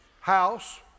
house